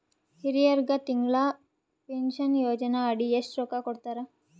ಹಿರಿಯರಗ ತಿಂಗಳ ಪೀನಷನಯೋಜನ ಅಡಿ ಎಷ್ಟ ರೊಕ್ಕ ಕೊಡತಾರ?